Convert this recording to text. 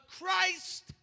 Christ